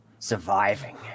surviving